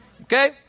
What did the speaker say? Okay